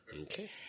Okay